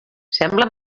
sembla